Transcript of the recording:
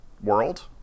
world